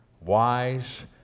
wise